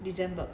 december